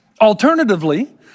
Alternatively